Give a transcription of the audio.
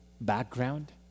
background